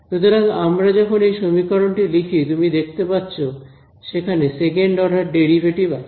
সুতরাং আমরা যখন এই সমীকরণটি লিখি তুমি দেখতে পাচ্ছো সেখানে সেকেন্ড অর্ডার ডেরিভেটিভ আছে